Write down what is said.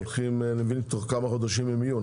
ואני מבין שתוך כמה חודשים הן יהיו.